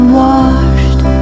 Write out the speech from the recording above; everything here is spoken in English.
washed